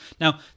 Now